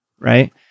Right